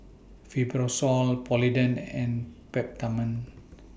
Fibrosol Polident and Peptamen